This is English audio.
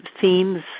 themes